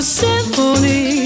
symphony